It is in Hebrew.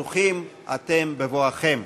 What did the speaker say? ברוכים אתם בבואכם.